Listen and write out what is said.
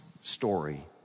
story